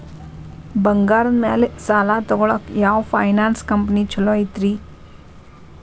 ಬಂಗಾರದ ಮ್ಯಾಲೆ ಸಾಲ ತಗೊಳಾಕ ಯಾವ್ ಫೈನಾನ್ಸ್ ಕಂಪನಿ ಛೊಲೊ ಐತ್ರಿ?